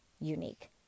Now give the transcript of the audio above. unique